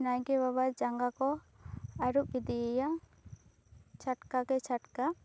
ᱱᱟᱭᱠᱮ ᱵᱟᱵᱟ ᱡᱟᱜᱟ ᱠᱚ ᱟᱹᱨᱩᱵ ᱤᱫᱤᱭᱮᱭᱟ ᱪᱷᱟᱹᱴᱠᱟ ᱠᱮ ᱪᱷᱟᱹᱴᱠᱟ